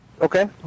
Okay